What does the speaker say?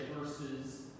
versus